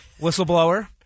Whistleblower